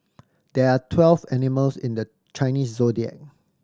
there are twelve animals in the Chinese Zodiac